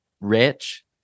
rich